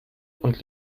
und